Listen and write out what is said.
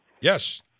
Yes